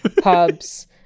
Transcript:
pubs